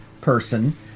person